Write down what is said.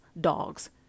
dogs